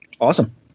Awesome